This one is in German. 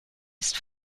ist